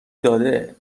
داده